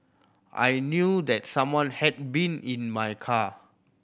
I knew that someone had been in my car